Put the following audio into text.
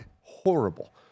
horrible